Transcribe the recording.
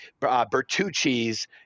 Bertucci's